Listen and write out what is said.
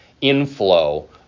inflow